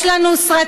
יש לנו סרטים,